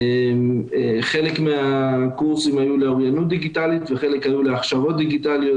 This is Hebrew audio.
חלק מהקורסים היו לאוריינות דיגיטלית וחלק היו להכשרות דיגיטליות.